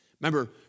Remember